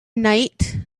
night